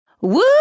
Woo